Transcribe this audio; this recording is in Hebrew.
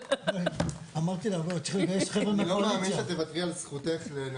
אנחנו חייבים לזכור,